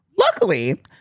Luckily